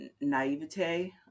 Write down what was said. naivete